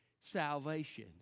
salvation